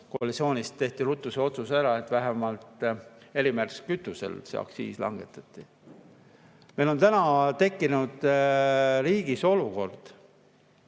koalitsioonis tehti ruttu see otsus ära, et vähemalt erimärgistatud kütusel aktsiis langetati. Meil on täna tekkinud riigis olukord,